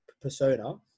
persona